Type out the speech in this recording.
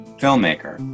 filmmaker